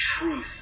truth